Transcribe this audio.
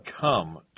come